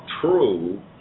true